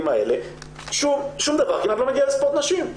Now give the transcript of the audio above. האלה שום דבר כמעט לא מגיע לספורט נשים.